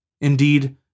Indeed